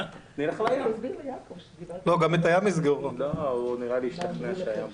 לא, אני לא משער.